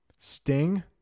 Sting